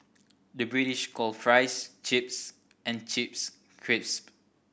the British calls fries chips and chips crisp